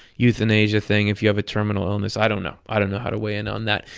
euthanasia thing, if you have a terminal illness, i don't know. i don't know how to weigh in on that.